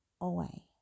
away